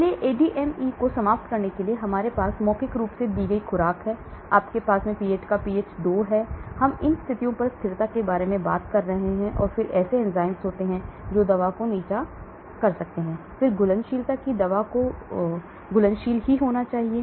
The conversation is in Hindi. इसलिए ADME को समाप्त करने के लिए हमारे पास मौखिक रूप से दी गई खुराक है आपके पास पेट का पीएच 2 है हम इन स्थितियों पर स्थिरता के बारे में बात कर रहे हैं और फिर ऐसे एंजाइम होते हैं जो दवा को नीचा दिखा सकते हैं फिर घुलनशीलता कि दवा को घुलनशील होना है